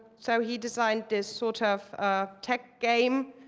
so he designed this sort of tech game